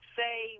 say